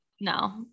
No